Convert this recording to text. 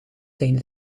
zijn